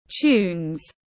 Tunes